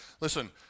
Listen